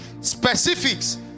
specifics